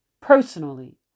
personally